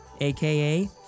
AKA